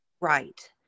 Right